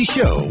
Show